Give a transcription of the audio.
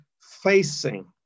facing